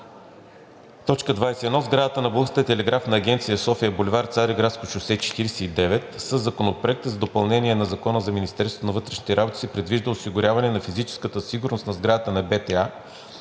„21. В сградата на Българската телеграфна агенция, София, бул. „Цариградско шосе“ № 49“. Със Законопроекта за допълнение на Закона за Министерството на вътрешните работи се предвижда осигуряване на физическата сигурност на сградата на БТА,